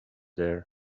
there